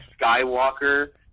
Skywalker